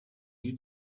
you